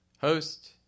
Host